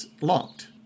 locked